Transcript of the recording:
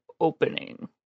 opening